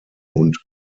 und